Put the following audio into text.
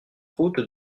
route